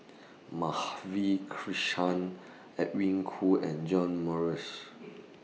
Madhavi Krishnan Edwin Koo and John Morrice